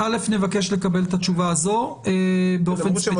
נבקש לקבל את התשובה הזאת באופן ספציפי